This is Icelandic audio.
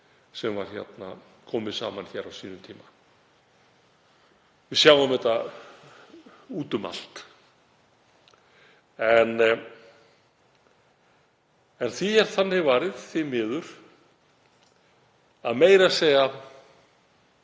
sem komið var saman á sínum tíma. Við sjáum þetta út um allt. En því er þannig varið, því miður, að meira að segja